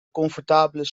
comfortabele